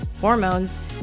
hormones